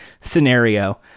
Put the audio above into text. scenario